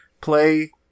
play